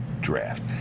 draft